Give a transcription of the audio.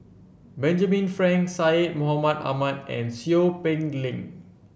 Benjamin Frank Syed Mohamed Ahmed and Seow Peck Leng